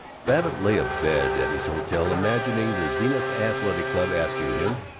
babbitt lay abed at his hotel, imagining the zenith athletic club asking him,